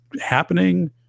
happening